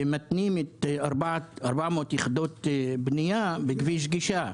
ומתנים 400 יחידות בנייה בכביש גישה.